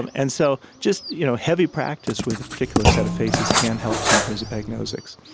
and so just you know heavy practice with a particular set of faces can help some prosopagnosics.